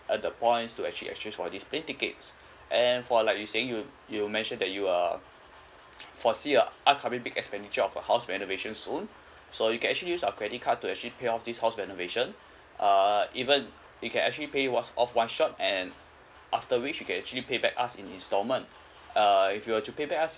earn the points to actually exchange for this plane tickets and for like you saying you you mention that you uh foresee a upcoming big expenditure of a house renovations soon so you can actually use our credit card to actually pay off this house renovation uh even you can actually pay was off one shot and after which you can actually pay back us installment uh if you were to pay by us